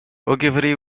ogilvy